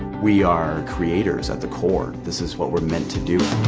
we are creators at the core. this is what we're meant to do.